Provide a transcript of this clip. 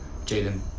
Jaden